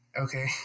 Okay